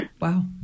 Wow